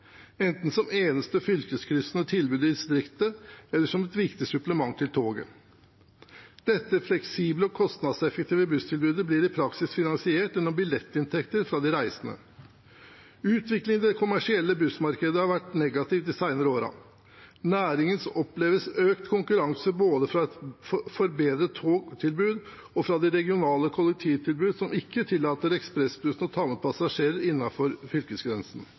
enten som eneste fylkeskryssende tilbud i distriktet eller som et viktig supplement til toget. Dette fleksible og kostnadseffektive busstilbudet blir i praksis finansiert gjennom billettinntekter fra de reisende. Utviklingen i det kommersielle bussmarkedet har vært negativ de senere årene. Næringen opplever økt konkurranse både fra et forbedret togtilbud og fra det regionale kollektivtilbudet som ikke tillater ekspressbussene å ta med passasjerer innenfor fylkesgrensen.